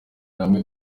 bamwe